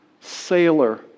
sailor